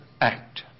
act